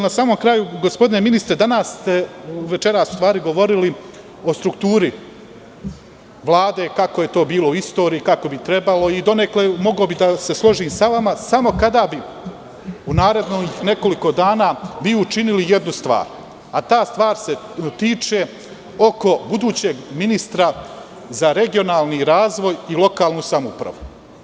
Na samom kraju, gospodine ministre, večeras ste govorili o strukturi Vlade, kako je to bilo u istoriji, kako bi trebalo i donekle bih mogao da se složim sa vama samo kada bi u narednih nekoliko dana vi učinili jednu stvar, a ta stvar se tiče oko budućeg ministra za regionalni razvoj i lokalnu samoupravu.